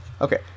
Okay